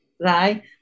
right